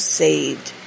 saved